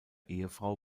ehefrau